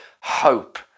hope